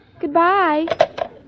Goodbye